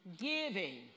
Giving